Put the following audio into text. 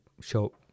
show